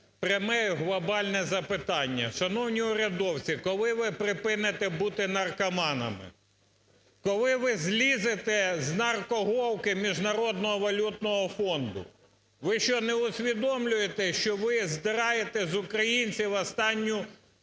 пряме, глобальне запитання. Шановні урядовці, коли ви припините бути наркоманами? Коли ви злізете з наркоголки Міжнародного валютного фонду? Ви що не усвідомлюєте, що ви здираєте з українців останню свитину?